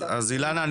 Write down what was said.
אילנה,